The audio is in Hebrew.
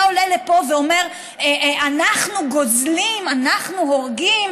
אתה עולה לפה ואומר: אנחנו גוזלים, אנחנו הורגים.